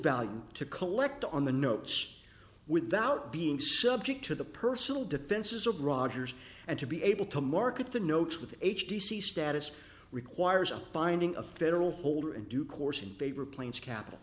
value to collect on the notes without being subject to the personal defenses of rogers and to be able to market the notes with h d c status requires a binding of federal holder and due course in paper planes capital